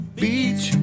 beach